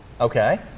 Okay